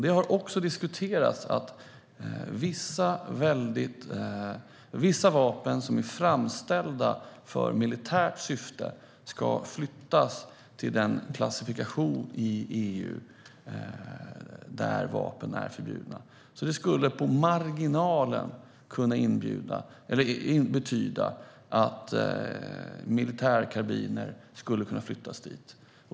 Det har diskuterats att vissa vapen som är framställda för militärt syfte ska flyttas till den klassifikation i EU där vapen är förbjudna. Det skulle på marginalen kunna betyda att militärkarbiner flyttades dit.